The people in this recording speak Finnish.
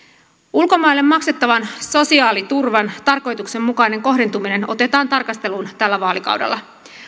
ulkomaille maksettavan sosiaaliturvan tarkoituksenmukainen kohdentuminen otetaan tarkasteluun tällä vaalikaudella